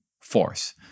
force